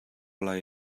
lai